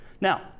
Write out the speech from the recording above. Now